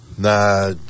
Nah